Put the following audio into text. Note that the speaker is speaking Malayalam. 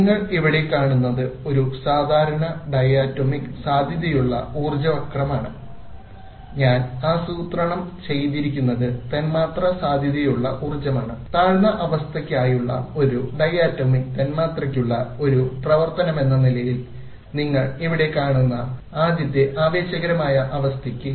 നിങ്ങൾ ഇവിടെ കാണുന്നത് ഒരു സാധാരണ ഡയടോമിക് സാധ്യതയുള്ള ഊർജ്ജവക്രമാണ് ഞാൻ ആസൂത്രണം ചെയ്തിരിക്കുന്നത് തന്മാത്രാ സാധ്യതയുള്ള ഊർജ്ജമാണ് താഴ്ന്ന അവസ്ഥയ്ക്കായുള്ള ഒരു ഡയാറ്റോമിക് തന്മാത്രയ്ക്കുള്ള ഒരു പ്രവർത്തനമെന്ന നിലയിൽ നിങ്ങൾ ഇവിടെ കാണുന്ന ആദ്യത്തെ ആവേശകരമായ അവസ്ഥയ്ക്ക്